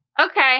Okay